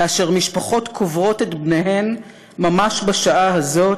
כאשר משפחות קוברות את בניהן ממש בשעה הזאת,